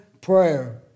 prayer